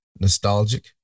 nostalgic